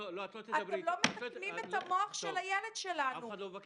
אתם לא מתקנים את המוח של הילד שלנו.